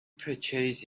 purchase